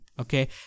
okay